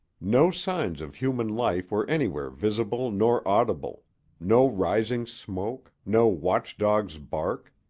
no signs of human life were anywhere visible nor audible no rising smoke, no watch-dog's bark,